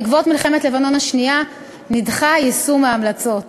בעקבות מלחמת לבנון השנייה נדחה יישום ההמלצות.